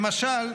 למשל,